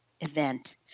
event